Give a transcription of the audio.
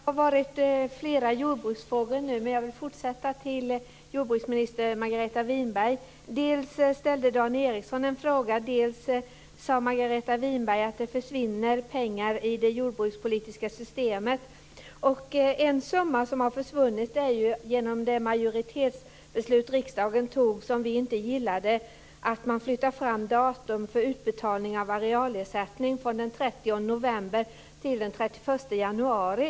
Herr talman! Det har varit flera jordbruksfrågor. Men jag vill fortsätta med att ställa en fråga till jordbruksminister Margareta Winberg. Dels ställde Dan Ericsson en fråga, dels sade Margareta Winberg att det försvinner pengar i det jordbrukspolitiska systemet. En summa som har försvunnit gällde ett majoritetsbeslut som riksdagen fattade, som vi inte gillade. Det innebär att man flyttar fram datumet för utbetalning av arealersättning från den 30 november till den 31 januari.